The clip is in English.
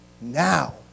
Now